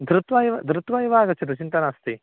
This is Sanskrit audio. धृत्वा एव धृत्वा एव आगच्छतु चिन्ता नास्ति